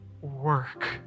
work